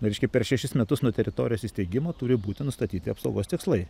reiškia per šešis metus nuo teritorijos įsteigimo turi būti nustatyti apsaugos tikslai